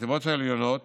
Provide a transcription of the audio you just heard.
בחטיבות העליונות